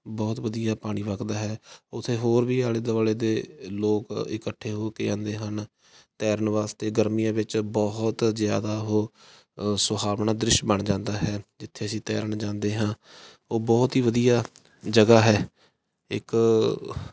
ਬਹੁਤ ਵਧੀਆ ਪਾਣੀ ਵੱਗਦਾ ਹੈ ਉਥੇ ਹੋਰ ਵੀ ਆਲੇ ਦੁਆਲੇ ਦੇ ਲੋਕ ਇਕੱਠੇ ਹੋ ਕੇ ਆਉਂਦੇ ਹਨ ਤੈਰਨ ਵਾਸਤੇ ਗਰਮੀਆਂ ਵਿੱਚ ਬਹੁਤ ਜ਼ਿਆਦਾ ਉਹ ਸੁਹਾਵਣਾ ਦ੍ਰਿਸ਼ ਬਣ ਜਾਂਦਾ ਹੈ ਜਿੱਥੇ ਅਸੀਂ ਤੈਰਨ ਜਾਂਦੇ ਹਾਂ ਉਹ ਬਹੁਤ ਹੀ ਵਧੀਆ ਜਗ੍ਹਾ ਹੈ ਇੱਕ